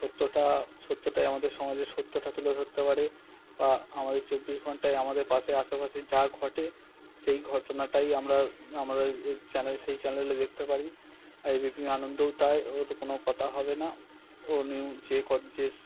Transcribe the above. সত্যটা সত্যটাই আমাদের সমাজের সত্যটা তুলে ধরতে পারে বা আমাদের চব্বিশ ঘন্টায় আমাদের পাশে আশেপাশে যা ঘটে সেই ঘটনাটাই আমরা আমরা এই চ্যানেলে সেই চ্যানেলে দেখতে পারি আর এবিপি আনন্দও তাই ও তো কোনো কথা হবে না ও নিউজ যে যে